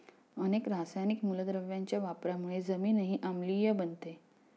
अनेक रासायनिक मूलद्रव्यांच्या वापरामुळे जमीनही आम्लीय बनते